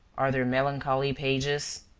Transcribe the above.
are there melancholy pages?